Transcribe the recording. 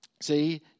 See